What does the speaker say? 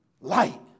light